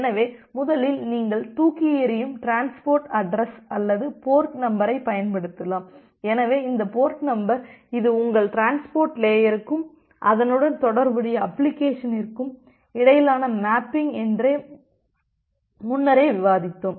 எனவே முதலில் நீங்கள் தூக்கி எறியும் டிரான்ஸ்போர்ட் அட்ரஸ் அல்லது போர்ட் நம்பரைப் பயன்படுத்தலாம் எனவே இந்த போர்ட் நம்பர் இது உங்கள் டிரான்ஸ்போர்ட் லேயருக்கும் அதனுடன் தொடர்புடைய அப்ளிகேஷனிருக்கும் இடையிலான மேப்பிங் என்று முன்னரே விவாதித்தோம்